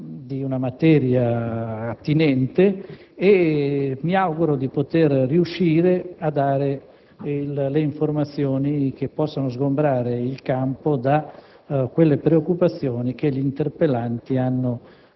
di materia attinente e mi auguro di poter riuscire a dare informazioni che possano sgombrare il campo da quelle preoccupazioni che gli interpellanti hanno